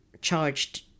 charged